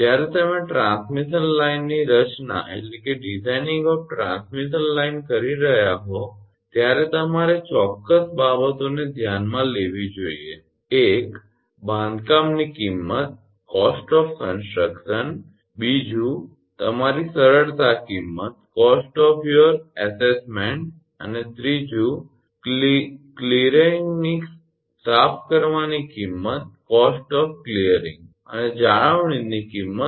જ્યારે તમે ટ્રાન્સમિશન લાઇનની રચના કરી રહ્યા હો ત્યારે તમારે ચોક્કસ બાબતોને ધ્યાનમાં લેવી જોઈએ એક બાંધકામની કિંમત છે બીજુ તમારી સરળતા કિંમત અને ત્રીજુ ક્લિયરિંગનીસાફ કરવાની કિંમત અને જાળવણીની કિંમત